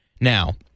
now